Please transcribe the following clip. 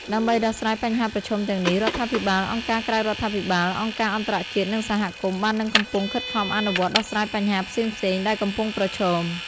ដើម្បីដោះស្រាយបញ្ហាប្រឈមទាំងនេះ រដ្ឋាភិបាល អង្គការក្រៅរដ្ឋាភិបាល អង្គការអន្តរជាតិ និងសហគមន៍ បាននិងកំពុងខិតខំអនុវត្ត ដោះស្រាយបញ្ហាផ្សេងៗដែលកំពុងប្រឈម។